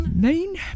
Main